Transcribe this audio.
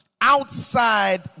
outside